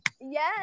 Yes